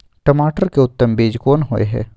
टमाटर के उत्तम बीज कोन होय है?